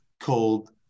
called